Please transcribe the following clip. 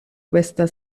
questa